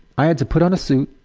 i had to put on a suit,